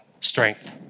strength